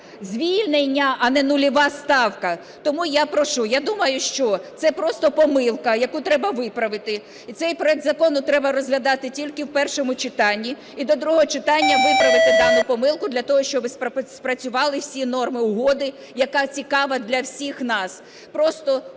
звільнення, а не нульова ставка. Тому я прошу, я думаю, що це просто помилка, яку треба виправити, і цей проект закону треба розглядати тільки в першому читанні. І до другого читання виправити дану помилку для того, щоби спрацювали всі норми угоди, яка цікава для всіх нас. Просто